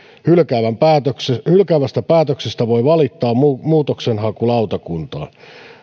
hylkäävästä päätöksestä hylkäävästä päätöksestä voi valittaa muutoksenhakulautakuntaan